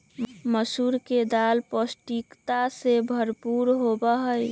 मसूर के दाल पौष्टिकता से भरपूर होबा हई